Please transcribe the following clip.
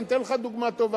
אני אתן לך דוגמה טובה,